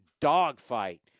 dogfight